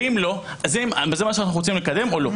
ואם לא וזה מה שאנו רוצים לקדם או לא.